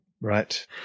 Right